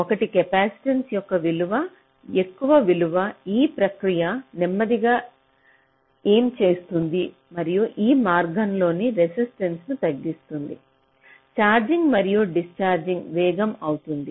ఒకటి కెపాసిటెన్స్ యొక్క విలువ ఎక్కువ విలువ ఈ ప్రక్రియ నెమ్మదిగా ఏం చేస్తుంది మరియు ఈ మార్గాల్లోని రెసిస్టెంట్స్ను తగ్గిస్తుంది ఛార్జింగ్ మరియు డిస్ఛార్జ వేగం అవుతుంది